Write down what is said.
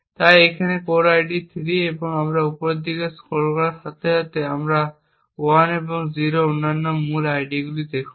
তাই এখানে core ID 3 এবং আমরা উপরের দিকে স্ক্রোল করার সাথে সাথে আমরা 1 এবং 0 এর অন্যান্য মূল আইডি দেখুন